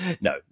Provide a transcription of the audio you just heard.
no